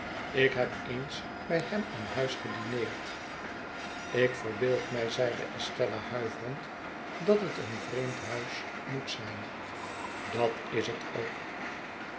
ik heb eens bij hem aan huis gedineerd ik verbeeld mij zeide estella huiverend dat het een vreemd huis moet zijn dat is het ook